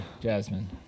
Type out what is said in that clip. Jasmine